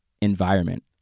environment